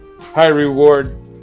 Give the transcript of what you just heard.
high-reward